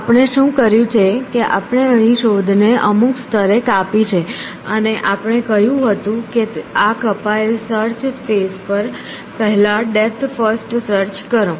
તો આપણે શું કર્યું છે કે આપણે અહીં શોધને અમુક સ્તરે કાપી છે અને આપણે કહ્યું હતું કે આ કપાયેલ સર્ચ સ્પેસ પર પહેલા ડેપ્થ ફર્સ્ટ સર્ચ કરો